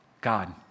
God